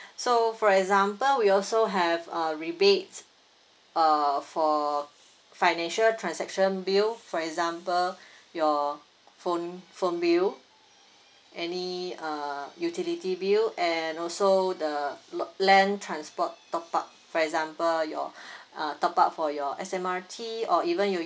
so for example we also have uh rebates uh for financial transaction bill for example your phone phone bill any uh utility bill and also the land transport top up for example your uh top up for your S_M_R_T or even you